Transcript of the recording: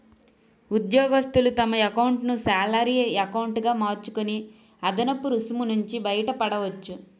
ఉద్యోగస్తులు తమ ఎకౌంటును శాలరీ ఎకౌంటు గా మార్చుకొని అదనపు రుసుము నుంచి బయటపడవచ్చు